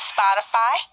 Spotify